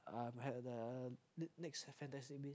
um had the next next fantastic beast